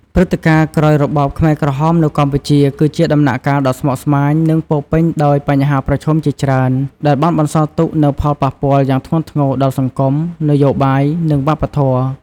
ព្រឹត្តិការណ៍ក្រោយរបបខ្មែរក្រហមនៅកម្ពុជា គឺជាដំណាក់កាលដ៏ស្មុគស្មាញ និងពោរពេញដោយបញ្ហាប្រឈមជាច្រើន ដែលបានបន្សល់ទុកនូវផលប៉ះពាល់យ៉ាងធ្ងន់ធ្ងរដល់សង្គម នយោបាយ និងវប្បធម៌។